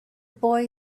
boy